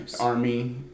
Army